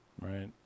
Right